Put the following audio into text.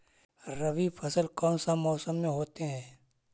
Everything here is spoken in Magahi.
रवि फसल कौन सा मौसम में होते हैं?